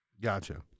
Gotcha